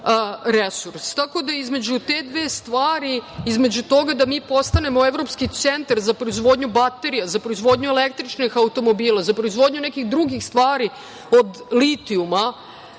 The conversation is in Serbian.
da, između te dve stvari, između toga da mi postanemo evropski centar za proizvodnju baterija, za proizvodnju električnih automobila, za proizvodnju nekih drugih stvari od litijuma,